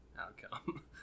outcome